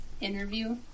interview